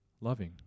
loving